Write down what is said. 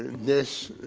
this,